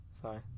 Sorry